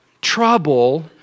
Trouble